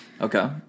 Okay